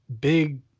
big